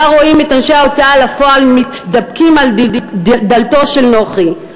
רואים את אנשי ההוצאה לפועל מתדפקים על דלתו של נוחי.